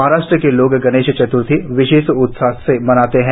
महाराष्ट्र के लोग गणेश चत्र्थी विशेष उत्साह से मनाते हैं